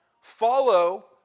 follow